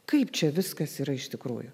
kaip čia viskas yra iš tikrųjų